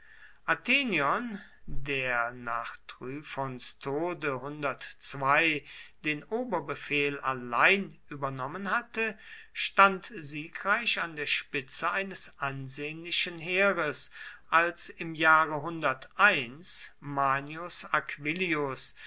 athenion der nach tryphons tode den oberbefehl allein übernommen hatte stand siegreich an der spitze eines ansehnlichen heeres als im jahre manius